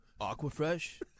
Aquafresh